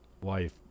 wife